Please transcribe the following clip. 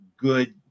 good